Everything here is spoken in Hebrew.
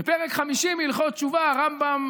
בפרק חמישי מהלכות תשובה הרמב"ם